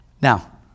Now